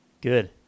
Good